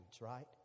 right